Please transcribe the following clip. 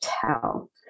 tell